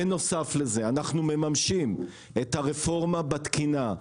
בנוסף לזה אנחנו ממשים את הרפורמה בתקינה.